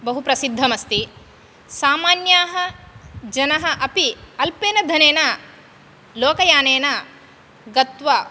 बहुप्रसिद्धमस्ति सामान्याः जनाः अपि अल्पेन धनेन लोकयानेन गत्वा